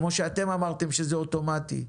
כמו שאתם אמרתם שזה אוטומטי.